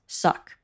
suck